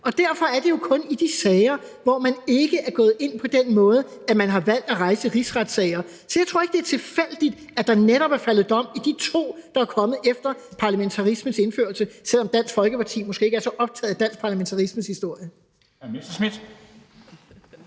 og derfor er det jo kun i de sager, hvor man ikke er gået ind på den måde, at man har valgt at rejse rigsretssager. Så jeg tror ikke, det er tilfældigt, at der netop er faldet dom i de to, der er kommet efter parlamentarismens indførelse, selv om Dansk Folkeparti måske ikke er så optaget af dansk parlamentarismes historie.